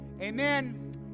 Amen